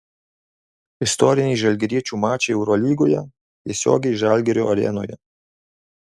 istoriniai žalgiriečių mačai eurolygoje tiesiogiai žalgirio arenoje